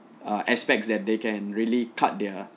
uh aspects that they can really cut their